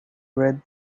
read